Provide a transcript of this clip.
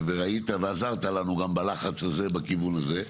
ועזרת לנו גם בלחץ הזה בכיוון הזה.